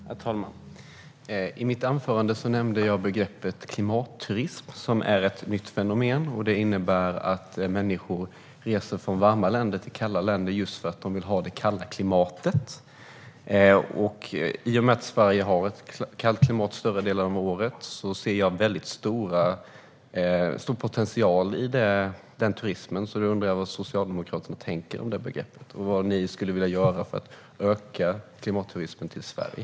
Herr talman! I mitt anförande nämnde jag begreppet klimatturism. Det är ett nytt fenomen som innebär att människor reser från varma till kalla länder just för att de vill ha det kalla klimatet. I och med att Sverige har ett kallt klimat större delen av året ser jag stor potential i den turismen. Jag undrar vad Socialdemokraterna tänker om det begreppet och vad ni skulle vilja göra för att öka klimatturismen till Sverige.